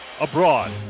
abroad